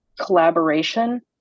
collaboration